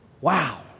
Wow